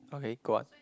okay go on